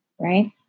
right